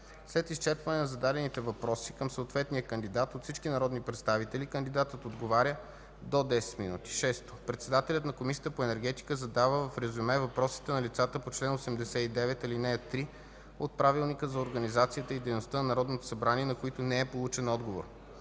След изчерпване на зададените въпроси към съответния кандидат от всички народни представители кандидатът отговаря – до 10 минути. 6. Председателят на Комисията по енергетика задава в резюме въпросите на лицата по чл. 89, ал. 3 от Правилника за организацията и дейността на Народното събрание, на които не е получен отговор.